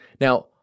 Now